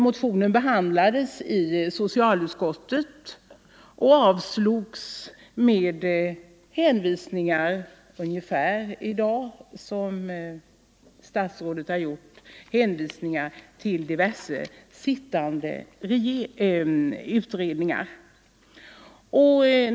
Motionen behandlades i socialutskottet och avstyrktes med ungefär samma hänvisningar som de statsrådet gjort i dag, dvs. till diverse sittande utredningar.